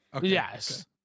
Yes